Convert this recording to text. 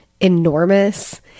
enormous